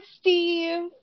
Steve